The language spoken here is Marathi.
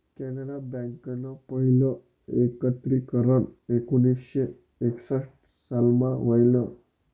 कॅनरा बँकनं पहिलं एकत्रीकरन एकोणीसशे एकसठ सालमा व्हयनं